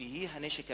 הנשק הבלתי-חוקי.